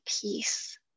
peace